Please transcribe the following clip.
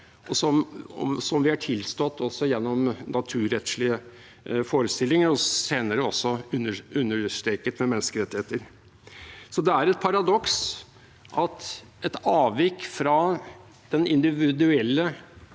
som vi er tilstått også gjennom naturrettslige forestillinger, og senere også understreket med menneskerettigheter. Så det er et paradoks at et avvik fra den individuelle